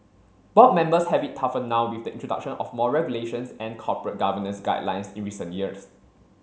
board members have it tougher now with the introduction of more regulations and corporate governance guidelines in recent years